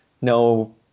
no